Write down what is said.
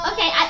Okay